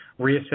reassess